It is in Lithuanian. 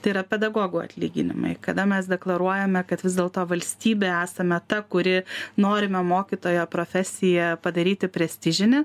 tai yra pedagogų atlyginimai kada mes deklaruojame kad vis dėlto valstybė esame ta kuri norime mokytojo profesiją padaryti prestižine